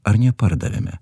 ar nepardavėme